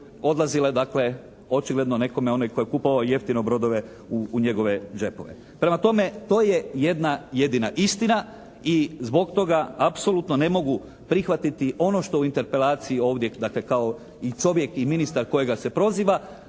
odlazile dakle očigledno nekome onaj tko je kupovao jeftino brodove u njegove đepove. Prema tome, to je jedna jedina istina i zbog toga apsolutno ne mogu prihvatiti ono što u interpelaciji ovdje dakle kao i čovjek i ministar kojega se proziva